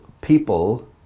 people